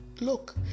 look